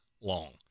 long